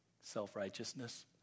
self-righteousness